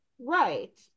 Right